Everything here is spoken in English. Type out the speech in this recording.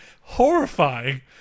horrifying